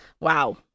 Wow